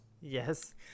Yes